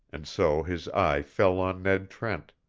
and so his eye fell on ned trent.